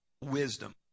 wisdom